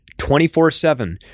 24-7